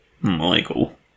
Michael